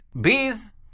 bees